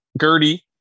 Gertie